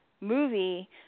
movie